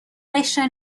قشر